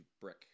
brick